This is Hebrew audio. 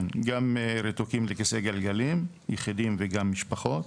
כן, גם רתוקים לכיסא גלגלים, יחידים וגם משפחות,